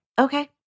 okay